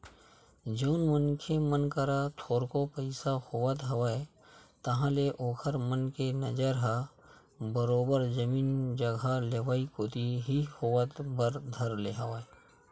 जउन मनखे मन करा थोरको पइसा होवत हवय ताहले ओखर मन के नजर ह बरोबर जमीन जघा लेवई कोती ही होय बर धर ले हवय